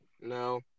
No